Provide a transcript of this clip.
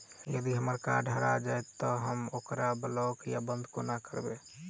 यदि हम्मर कार्ड हरा जाइत तऽ हम ओकरा ब्लॉक वा बंद कोना करेबै?